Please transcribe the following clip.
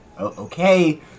Okay